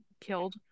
killed